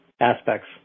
aspects